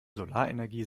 solarenergie